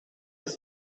ist